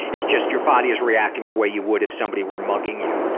it's just your body is reacting the way you would if somebody were mugging you.